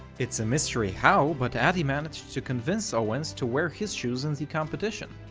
it's a mystery how, but adi managed to convince owens to wear his shoes in the competition.